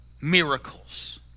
miracles